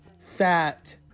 fat